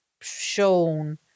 shown